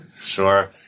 Sure